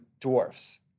dwarfs